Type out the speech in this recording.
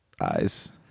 eyes